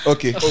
Okay